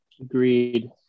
Agreed